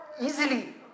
easily